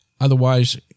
Otherwise